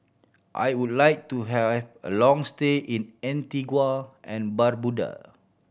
I would like to have a long stay in Antigua and Barbuda